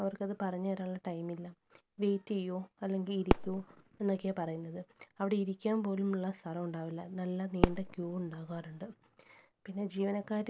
അവർക്കത് പറഞ്ഞ് തരാനുള്ള ടൈം ഇല്ല വെയിറ്റ് ചെയ്യുമോ അല്ലെങ്കിൽ ഇരിക്കുമോ എന്നൊക്കെയാണ് പറയുന്നത് അവിടെ ഇരിക്കാൻ പോലും ഉള്ള സ്ഥലം ഉണ്ടാവില്ല നല്ല നീണ്ട ക്യൂ ഉണ്ടാകാറുണ്ട് പിന്നെ ജീവനക്കാർ